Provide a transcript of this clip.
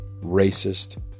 racist